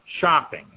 shopping